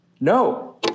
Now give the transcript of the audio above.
No